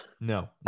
no